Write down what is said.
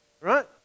Right